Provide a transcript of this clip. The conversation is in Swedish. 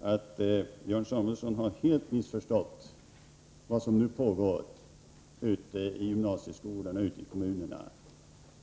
att Björn Samuelson helt missförstått vad som nu pågår i gymnasieskolan och kommunerna.